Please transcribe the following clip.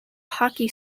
hockey